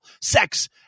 sex